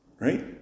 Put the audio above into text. right